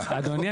אדוני,